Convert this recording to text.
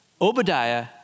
Obadiah